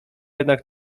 jednak